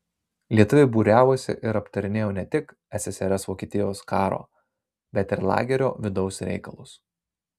lietuviai būriavosi ir aptarinėjo ne tik ssrs vokietijos karo bet ir lagerio vidaus reikalus